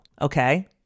Okay